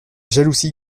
jalousies